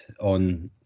on